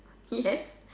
yes